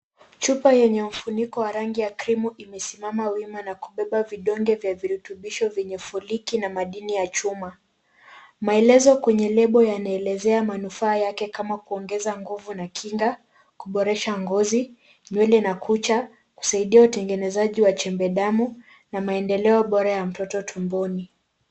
Chupa yenye ufuniko wa rangi ya cream imesimama wima na kubeba vidonge vya virutubisho vyenye foliki na madini ya chuma. Maelezo kwenye lebo yanaelezea manufaa yake kama kuongeza nguvu na kinga, kuboresha ngozi, nywele na kucha, kusaidia utengenezaji wa chembe damu na maendeleo bora ya mtoto tumboni.